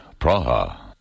Praha